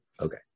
Okay